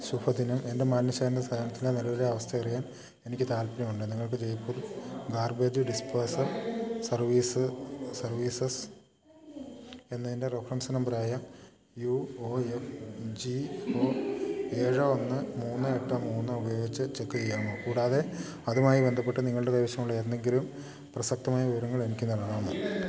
ശുഭദിനം എൻ്റെ മാലിന്യശേഖരണ സേവനത്തിലെ നിലവിലെ അവസ്ഥയറിയാൻ എനിക്ക് താൽപ്പര്യമുണ്ട് നിങ്ങൾക്ക് ജയ്പൂർ ഗാർബേജ് ഡിസ്പോസൽ സർവ്വീസസ് എന്നതിൻ്റെ റഫറൻസ് നമ്പറായ U O F G O ഏഴ് ഒന്ന് മൂന്ന് എട്ട് മൂന്ന് ഉപയോഗിച്ച് ചെക്ക് ചെയ്യാമോ കൂടാതെ അതുമായി ബന്ധപ്പെട്ട് നിങ്ങളുടെ കൈവശമുള്ള എന്തെങ്കിലും പ്രസക്തമായ വിവരങ്ങളെനിക്ക് നൽകാമോ